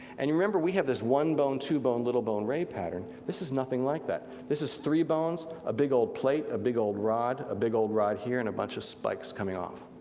and you remember we have this one bone two bone little bone ray pattern, this is nothing like that. this is three bones, a big old plate, a big old rod, a big old rod here and a bunch of spikes coming off.